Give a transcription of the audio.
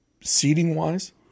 seating-wise